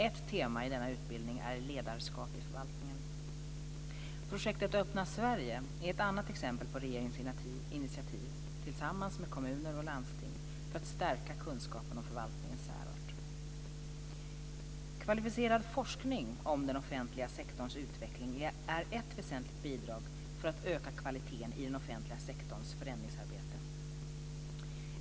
Ett tema i denna utbildning är ledarskap i förvaltningen. Projektet Öppna Sverige är ett annat exempel på regeringens initiativ, tillsammans med kommuner och landsting, för att stärka kunskapen om förvaltningens särart. Kvalificerad forskning om den offentliga sektorns utveckling är ett väsentligt bidrag till att öka kvaliteten i den offentliga sektorns förändringsarbete.